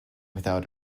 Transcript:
without